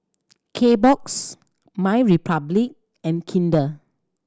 Kbox MyRepublic and Kinder